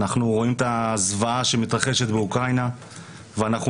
אנחנו רואים את הזוועה שמתרחשת באוקראינה ואנחנו